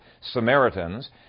Samaritans